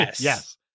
Yes